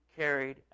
Carried